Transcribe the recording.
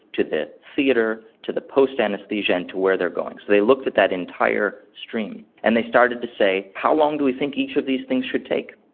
to the theatre, to the post-anaesthesia and to where they are going. so they looked at that entire stream, and they started to say how long do we think each of these things should take?